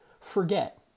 forget